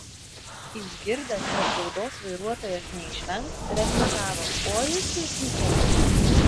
išgirdęs kad baudos vairuotojas neišvengs replikavo oi jūs išdykėliai